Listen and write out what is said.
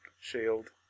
Shield